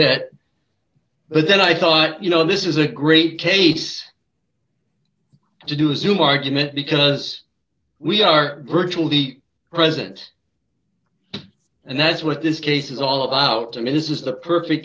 it but then i thought you know this is a great case to do zoom argument because we are virtually the president and that's what this case is all about i mean this is the perfect